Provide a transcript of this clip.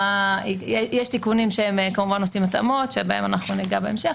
יש תיקונים שכמובן עושים התאמות ובהם ניגע בהמשך,